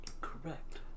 correct